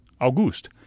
August